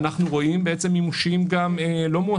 אנחנו רואים לא מעט